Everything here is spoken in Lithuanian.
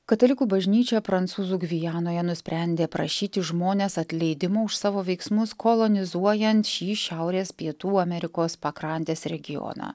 katalikų bažnyčioje prancūzų gvianoje nusprendė prašyti žmones atleidimo už savo veiksmus kolonizuojant šį šiaurės pietų amerikos pakrantės regioną